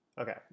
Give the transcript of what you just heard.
Okay